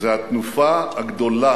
זה התנופה הגדולה.